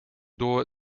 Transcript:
door